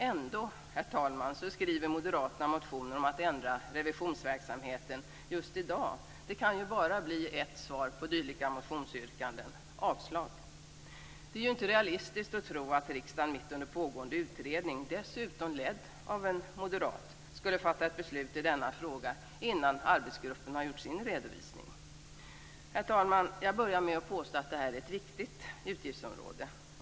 Ändå, herr talman, skriver moderaterna motioner om att man ska ändra revisionsverksamheten just i dag. Det kan ju bara bli ett svar på dylika motionsyrkanden: avslag. Det är inte realistiskt att tro att riksdagen mitt under pågående utredning, dessutom ledd av en moderat, skulle fatta ett beslut i denna fråga innan arbetsgruppen har gjort sin redovisning. Herr talman! Jag började med att påstå att det här är ett viktigt utgiftsområde.